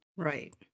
Right